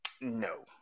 no